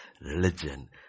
religion